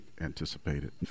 anticipated